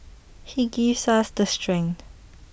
he gives us the strength